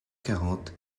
quarante